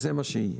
וזה מה שיהיה.